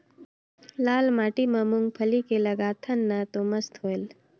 लाल माटी म मुंगफली के लगाथन न तो मस्त होयल?